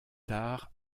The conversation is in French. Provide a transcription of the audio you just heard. tard